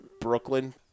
Brooklyn